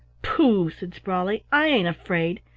pooh! said sprawley, i ain't afraid.